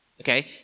okay